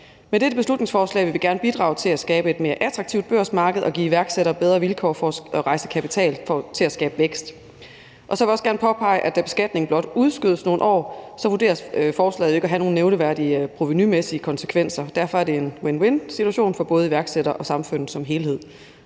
Med dette beslutningsforslag vil vi gerne bidrage til at skabe et mere attraktivt børsmarked og give iværksættere bedre vilkår for at rejse kapital til at skabe vækst. Og så vil jeg også gerne påpege, at da beskatningen blot udskydes nogle år, vurderes forslaget jo ikke at have nogen nævneværdige provenumæssige konsekvenser, og derfor er det en win-win-situation for både iværksættere og samfundet som helhed.